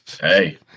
Hey